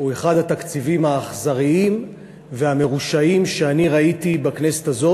הוא אחד התקציבים האכזריים והמרושעים שאני ראיתי בכנסת הזאת.